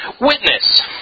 witness